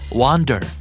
wander